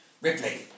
Ripley